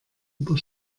über